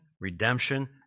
Redemption